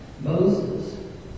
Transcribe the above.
Moses